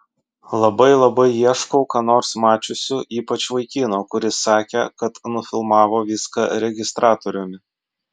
labai labai ieškau ką nors mačiusių ypač vaikino kuris sakė kad nufilmavo viską registratoriumi